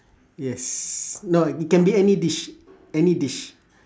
yes no it can be any dish any dish